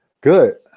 Good